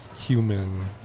Human